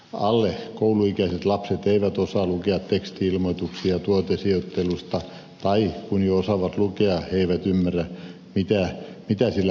alle kouluikäiset lapset eivät osaa lukea teksti ilmoituksia tuotesijoittelusta tai kun osaavat lukea he eivät ymmärrä mitä sillä tarkoitetaan